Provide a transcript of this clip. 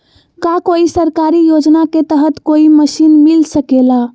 का कोई सरकारी योजना के तहत कोई मशीन मिल सकेला?